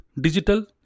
digital